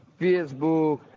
Facebook